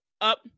up